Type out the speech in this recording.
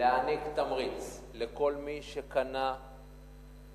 להעניק תמריץ לכל מי שקנה דירות,